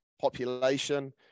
population